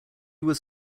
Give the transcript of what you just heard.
was